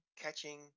catching